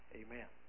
amen